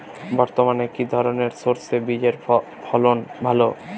বর্তমানে কি ধরনের সরষে বীজের ফলন ভালো?